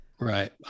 Right